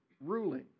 ruling